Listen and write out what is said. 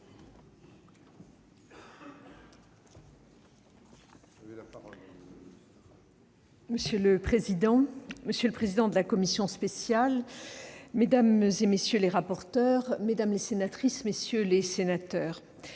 Monsieur le président, monsieur le président de la commission spéciale, mesdames, messieurs les rapporteurs, mesdames les sénatrices, messieurs les sénateurs,